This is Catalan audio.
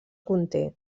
conté